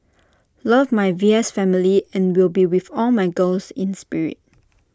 love my V S family and will be with all my girls in spirit